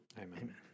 Amen